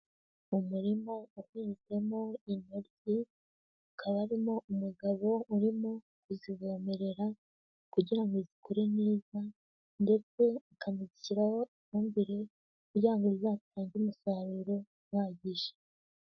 Umurima uhinzemo intoryi, hakaba harimo umugabo urimo kuzivomerera kugira ngo zikure neza ndetse akanazishyiraho ifumbire kugira ngo zizatange umusaruro uhagije.